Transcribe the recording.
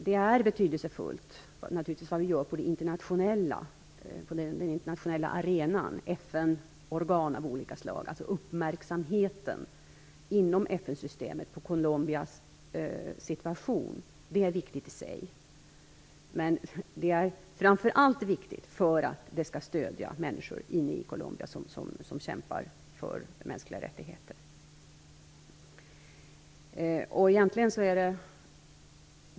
Det är naturligtvis betydelsefullt vad vi gör på den internationella arenan i FN organ av olika slag, dvs. att öka uppmärksamheten inom FN-systemet på Colombias situation. Det är viktigt i sig. Men det är framför allt viktigt för att stödja människor inne i Colombia som kämpar för mänskliga rättigheter.